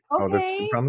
okay